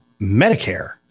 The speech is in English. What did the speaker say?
medicare